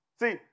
See